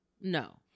No